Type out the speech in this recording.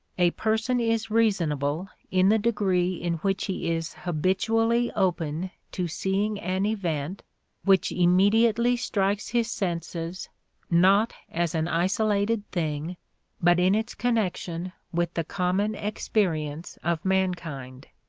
a person is reasonable in the degree in which he is habitually open to seeing an event which immediately strikes his senses not as an isolated thing but in its connection with the common experience of mankind.